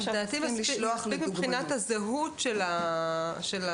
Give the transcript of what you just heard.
לדעתי, מספיק מבחינת זהות הסוכן.